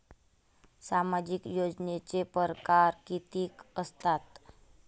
सामाजिक योजनेचे परकार कितीक असतात?